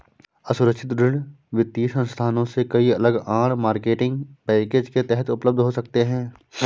असुरक्षित ऋण वित्तीय संस्थानों से कई अलग आड़, मार्केटिंग पैकेज के तहत उपलब्ध हो सकते हैं